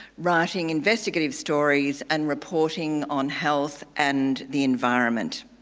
writing investigative stories and reporting on health and the environment.